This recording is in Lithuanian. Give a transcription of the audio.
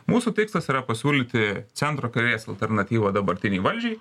mūsų tikslas yra pasiūlyti centro kairės alternatyvą dabartinei valdžiai